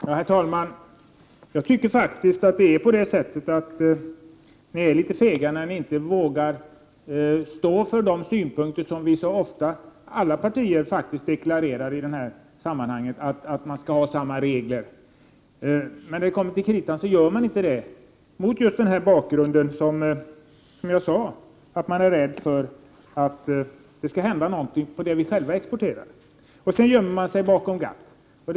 Herr talman! Jag tycker faktiskt att ni är litet fega när ni inte vågar stå för den uppfattning som vi så ofta, från alla partier, deklarerar i det här sammanhanget — att vi skall ha samma regler. När det kommer till kritan står man alltså inte för detta, mot bakgrund av att man, som jag sade, är rädd för att det skall hända någonting när det gäller vad vi själva exporterar. Sedan gömmer man sig bakom GATT.